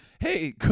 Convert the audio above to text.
hey